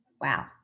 wow